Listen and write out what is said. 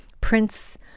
prince